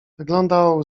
wyglądał